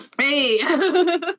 Hey